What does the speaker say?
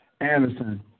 Anderson